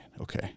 Okay